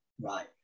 Right